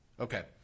Okay